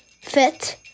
fit